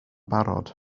barod